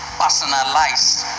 personalized